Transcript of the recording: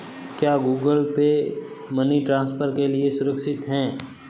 क्या Google Pay money transfer के लिए सुरक्षित है?